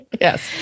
Yes